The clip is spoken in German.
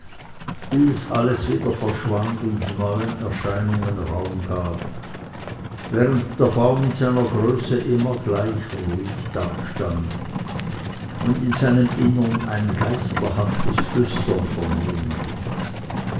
bis alles wieder verschwand und neuen erscheinungen raum gab während der baum in seiner größe immer gleich ruhig dastand und in seinem innern ein geisterhaftes flüstern vernehmen ließ